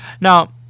Now